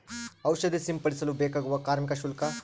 ಔಷಧಿ ಸಿಂಪಡಿಸಲು ಬೇಕಾಗುವ ಕಾರ್ಮಿಕ ಶುಲ್ಕ?